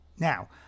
Now